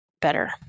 better